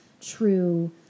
true